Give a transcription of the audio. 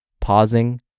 pausing